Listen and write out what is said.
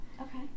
okay